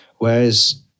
Whereas